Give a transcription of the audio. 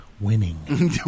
Winning